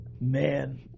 Man